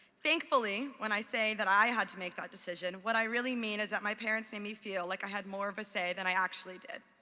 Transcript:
thankfully, when i say that i had to make that decision, what i really mean is that my parents made me feel like i had more of a say that i actually did.